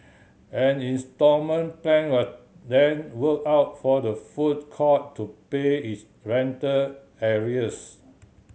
an instalment plan was then worked out for the food court to pay its rental arrears